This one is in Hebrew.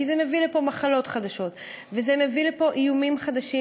כי זה מביא לפה מחלות חדשות וזה מביא לפה איומים חדשים,